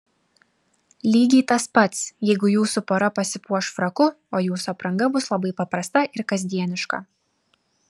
lygiai tas pats jeigu jūsų pora pasipuoš fraku o jūsų apranga bus labai paprasta ir kasdieniška